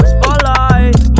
Spotlight